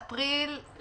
מארס-אפריל.